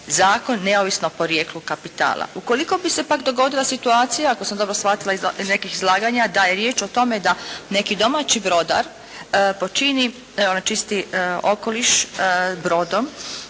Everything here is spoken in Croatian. zakon, neovisno o podrijetlu kapitala. Ukoliko bi se pak dogodila situacija ako sam dobro shvatila iz nekih izlaganja, da je riječ o tome da neki domaći brodar počini, onečisti okoliš brodom